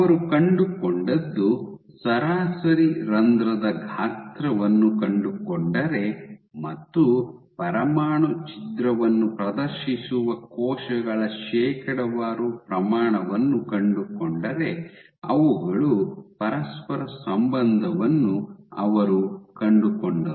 ಅವರು ಕಂಡುಕೊಂಡದ್ದು ಸರಾಸರಿ ರಂಧ್ರದ ಗಾತ್ರವನ್ನು ಕಂಡುಕೊಂಡರೆ ಮತ್ತು ಪರಮಾಣು ಛಿದ್ರವನ್ನು ಪ್ರದರ್ಶಿಸುವ ಕೋಶಗಳ ಶೇಕಡಾವಾರು ಪ್ರಮಾಣವನ್ನು ಕಂಡುಕೊಂಡರೆ ಅವುಗಳು ಪರಸ್ಪರ ಸಂಬಂಧವನ್ನು ಅವರು ಕಂಡುಕೊಂಡರು